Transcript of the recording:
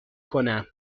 کنم